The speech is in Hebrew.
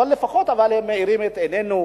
אבל לפחות הם מאירים את עינינו.